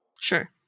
Sure